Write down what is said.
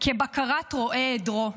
כבקרת רועה עדרו: